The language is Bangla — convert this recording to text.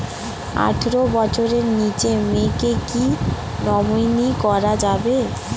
আঠারো বছরের নিচে মেয়েকে কী নমিনি করা যাবে?